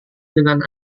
dengan